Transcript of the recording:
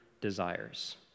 desires